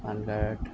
PAN card